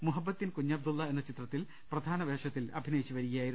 മുഹബത്തിൻ കുഞ്ഞബ്ദുളള എന്ന ചിത്രത്തിൽ പ്രധാന വേഷത്തിൽ അഭിനയിച്ചുവരികയായിരുന്നു